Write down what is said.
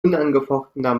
unangefochtener